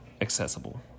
accessible